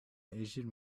asian